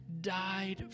died